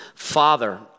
Father